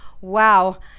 Wow